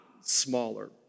smaller